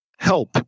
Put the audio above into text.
help